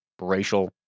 racial